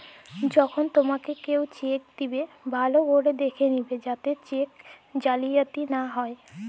যখল তুমাকে কেও চ্যাক দিবেক ভাল্য ক্যরে দ্যাখে লিবে যাতে চ্যাক জালিয়াতি লা হ্যয়